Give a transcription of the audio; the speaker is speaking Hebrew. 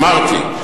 אמרתי.